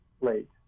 late